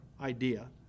idea